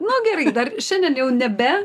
nu gerai dar šiandien jau nebe